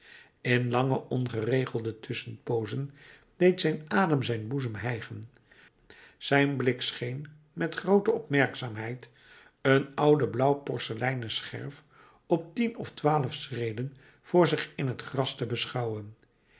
in lange ongeregelde tusschenpoozen deed zijn adem zijn boezem hijgen zijn blik scheen met groote opmerkzaamheid een oude blauw porseleinen scherf op tien of twaalf schreden voor zich in het gras te beschouwen